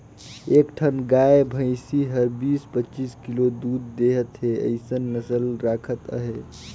एक ठन गाय भइसी हर बीस, पचीस किलो दूद देहत हे अइसन नसल राखत अहे